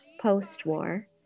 post-war